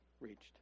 reached